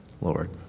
Lord